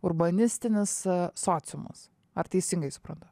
urbanistinis sociumas ar teisingai suprantu